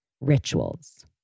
rituals